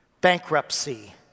Bankruptcy